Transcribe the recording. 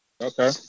Okay